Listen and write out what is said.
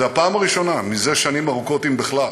זו הפעם הראשונה זה שנים ארוכות, אם בכלל,